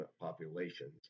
populations